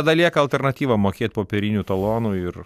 tada lieka alternatyva mokėt popieriniu talonu ir